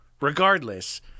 regardless